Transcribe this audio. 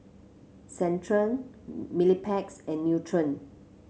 Centrum Mepilex and Nutren